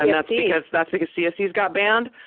ah that's because that's because cfcs got banned,